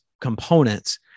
components